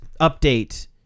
update